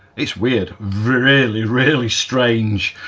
it's weird. really really strange,